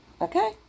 Okay